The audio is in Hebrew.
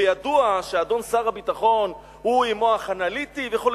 וידוע, שאדון שר הביטחון הוא עם מוח אנליטי, וכו'.